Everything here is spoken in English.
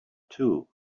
too